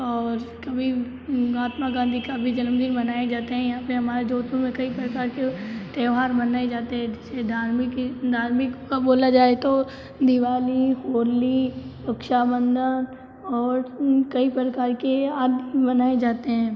और कभी महात्मा गांधी का भी जन्मदिन मनाए जाता है यहाँ पे हमारे जोधपुर में कई प्रकार के त्योहार मनाए जाते है जैसे धार्मिक धार्मिक का बोला जाए तो दिवाली होली रक्षा बंधन और कई प्रकार के आदि मनाए जाते हैं